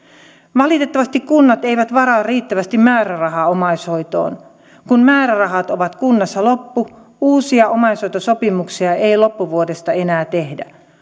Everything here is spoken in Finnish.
valitettavasti kunnat eivät varaa riittävästi määrärahaa omaishoitoon kun määrärahat ovat kunnassa loppu uusia omaishoitosopimuksia ei loppuvuodesta enää tehdä